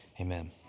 amen